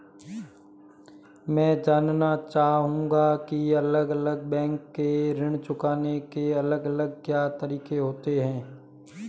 मैं जानना चाहूंगा की अलग अलग बैंक के ऋण चुकाने के अलग अलग क्या तरीके होते हैं?